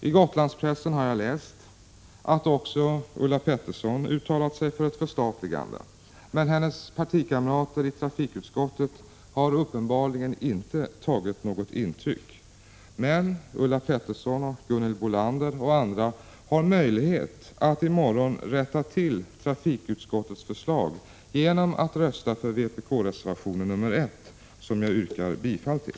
I Gotlandspressen har jag läst att också Ulla Pettersson uttalat sig för ett förstatligande, men hennes partikamrater i trafikutskottet har uppenbarligen inte tagit något intryck. Men Ulla Pettersson, Gunhild Bolander och andra har möjlighet att i morgon rätta till trafikutskottets förslag genom att rösta för vpk-reservationen nr 1, som jag yrkar bifall till.